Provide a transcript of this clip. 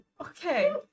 Okay